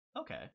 okay